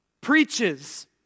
preaches